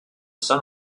son